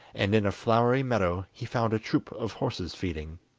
and in a flowery meadow he found a troop of horses feeding.